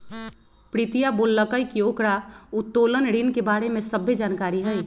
प्रीतिया बोललकई कि ओकरा उत्तोलन ऋण के बारे में सभ्भे जानकारी हई